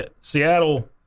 Seattle –